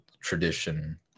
tradition